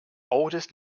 oldest